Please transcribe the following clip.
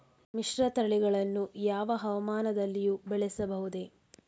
ಮಿಶ್ರತಳಿಗಳನ್ನು ಯಾವ ಹವಾಮಾನದಲ್ಲಿಯೂ ಬೆಳೆಸಬಹುದೇ?